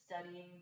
studying